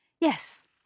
Yes